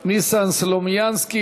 ניסן סלומינסקי.